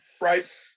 Right